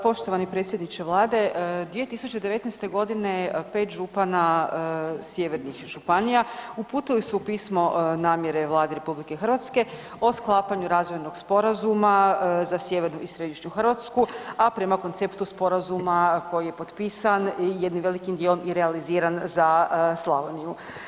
Poštovani predsjedniče vlade, 2019.g. 5 župana sjevernih županija uputili su pismo namjere Vladi RH o sklapanju Razvojnog sporazuma za sjevernu i središnju Hrvatsku, a prema konceptu sporazuma koji je potpisan i jednim velikim dijelom i realiziran za Slavoniju.